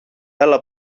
άλλα